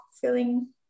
feeling